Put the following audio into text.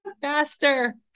faster